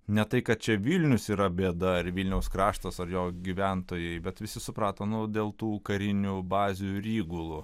ne tai kad čia vilnius yra bėda ar vilniaus kraštas ar jo gyventojai bet visi suprato nu dėl tų karinių bazių ir įgulų